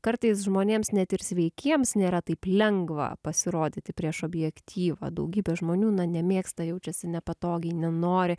kartais žmonėms net ir sveikiems nėra taip lengva pasirodyti prieš objektyvą daugybė žmonių na nemėgsta jaučiasi nepatogiai nenori